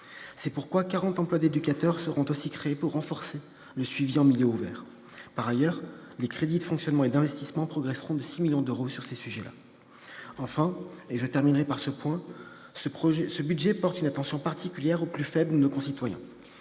C'est pourquoi 40 emplois d'éducateur seront créés pour renforcer le suivi en milieu ouvert. Par ailleurs, les crédits de fonctionnement et d'investissement progresseront de 6 millions d'euros sur ces sujets. Ce budget porte aussi une attention particulière aux plus faibles de nos concitoyens.